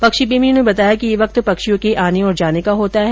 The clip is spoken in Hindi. पक्षी प्रेमियों ने बताया कि यह वक्त पक्षियों के आने और जाने का होता है